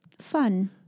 Fun